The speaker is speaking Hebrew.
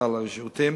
בסל השירותים.